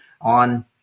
on